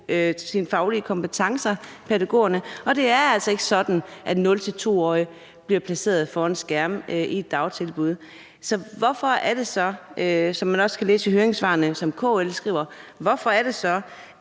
deres faglige kompetencer. Og det er altså ikke sådan, at 0-2 årige bliver placeret foran skærme i dagtilbud. Så hvorfor er det så, at KL skriver, hvad man også kan læse i høringssvarene, at man vil øge den